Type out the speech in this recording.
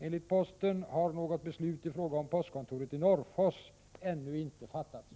Enligt Posten har något beslut i fråga om postkontoret i Norrfors ännu inte fattats.